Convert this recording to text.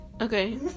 okay